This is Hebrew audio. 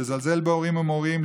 לזלזל בהורים ומורים,